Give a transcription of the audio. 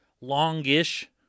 long-ish